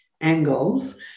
angles